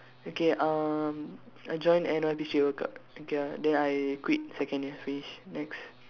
okay um I join N_Y_P C_O club okay ah then I quit second year finish next